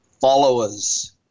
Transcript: followers